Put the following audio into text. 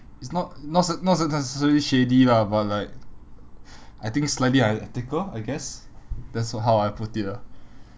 it's not not say not say necessarily shady lah but like I think slightly unethical I guess that's how I put it lah